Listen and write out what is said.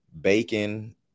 bacon